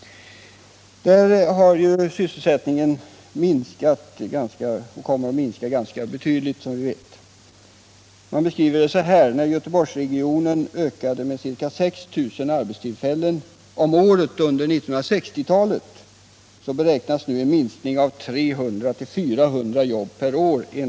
Där har sysselsättningen som vi vet minskat ganska betydligt, och den kommer att fortsätta att minska. Man beskriver det så här enligt länsplaneringens och kommunernas prognoser: Medan Göteborgsregionen ökade med ca 6 000 arbetstillfällen om året under 1960-talet, beräknas det nu ske en minskning med 300-400 jobb per år.